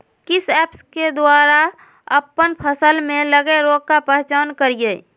किस ऐप्स के द्वारा अप्पन फसल में लगे रोग का पहचान करिय?